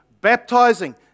baptizing